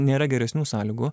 nėra geresnių sąlygų